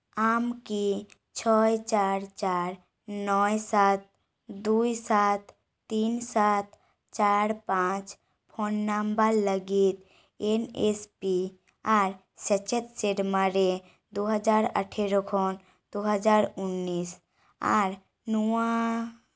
ᱟᱢᱠᱤ ᱪᱷᱚᱭ ᱪᱟᱨ ᱪᱟᱨ ᱱᱚᱭ ᱥᱟᱛ ᱫᱩᱭ ᱥᱟᱛ ᱛᱤᱱ ᱥᱟᱛ ᱪᱟᱨ ᱯᱟᱸᱪ ᱯᱷᱳᱱ ᱱᱟᱢᱵᱟᱨ ᱞᱟᱹᱜᱤᱫ ᱮᱱ ᱮᱥ ᱯᱤ ᱟᱨ ᱥᱮᱪᱮᱫ ᱥᱮᱨᱢᱟ ᱨᱮ ᱫᱩᱦᱟᱡᱟᱨ ᱟᱴᱷᱮᱨᱚ ᱠᱷᱚᱱ ᱫᱩᱦᱟᱡᱟᱨ ᱩᱱᱱᱤᱥ ᱟᱨ ᱱᱚᱣᱟ